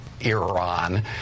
Iran